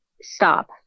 stop